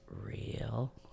real